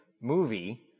movie